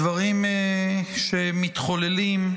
הדברים שמתחוללים,